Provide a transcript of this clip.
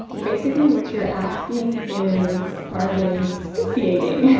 basically what you are asking is are they speciating.